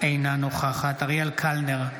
אינה נוכחת אריאל קלנר,